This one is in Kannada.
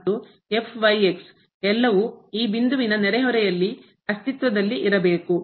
ಮತ್ತು ಎಲ್ಲವೂ ಈ ಬಿಂದುವಿನ ನೆರೆಹೊರೆಯಲ್ಲಿ ಅಸ್ತಿತ್ವದಲ್ಲಿ ಇರಬೇಕು